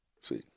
see